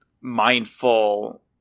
mindful